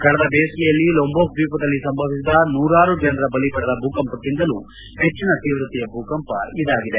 ಕಳೆದ ಬೇಸಿಗೆಯಲ್ಲಿ ಲೋಂಜೋಕ್ ದ್ವೀಪದಲ್ಲಿ ಸಂಭವಿಸಿದ ನೂರಾರು ಜನರ ಬಲ ಪಡೆದ ಭೂಕಂಪಕ್ಕಿಂತಲೂ ಹೆಚ್ಚಿನ ತೀವ್ರತೆಯ ಭೂಕಂಪ ಇದಾಗಿದೆ